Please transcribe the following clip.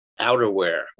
outerwear